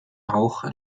bauch